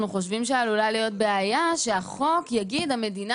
אנחנו חושבים שעלולה להיות בעיה בכך שהחוק יגיד שהמדינה